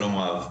שלום רב.